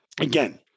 Again